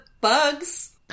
bugs